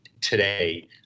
today